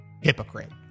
hypocrite